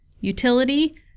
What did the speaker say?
utility